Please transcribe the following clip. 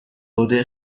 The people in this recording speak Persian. عهده